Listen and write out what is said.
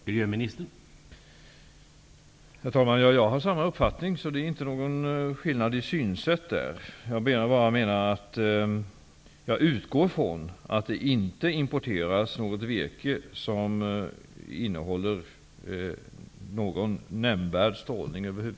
Herr talman! Jag har samma uppfattning. Det finns inga skillnader i våra synsätt. Men jag utgår från att det över huvud taget inte importeras virke som innehåller någon nämnvärd strålning.